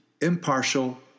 impartial